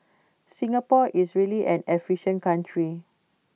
Singapore is really an efficient country